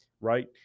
right